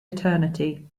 eternity